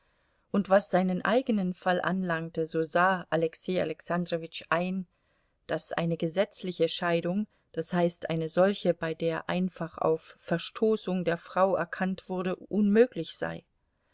und was seinen eigenen fall anlangte so sah alexei alexandrowitsch ein daß eine gesetzliche scheidung das heißt eine solche bei der einfach auf verstoßung der frau erkannt wurde unmöglich sei